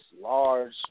large